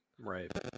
Right